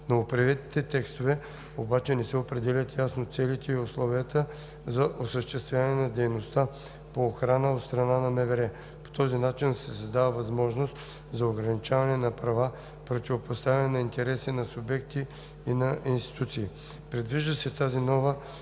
новоприетите текстове обаче не се определят ясно целите и условията за осъществяване на дейността по охрана от страна на МВР. По този начин се създава възможност за ограничаване на права, противопоставяне на интереси, на субекти и на институции. Предвижда се тази нова